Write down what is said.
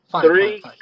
three